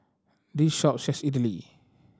this shop sells Idili